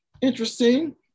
interesting